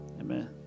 amen